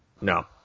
No